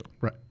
Right